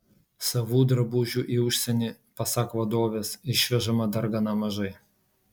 savų drabužių į užsienį pasak vadovės išvežama dar gana mažai